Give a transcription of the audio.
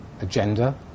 agenda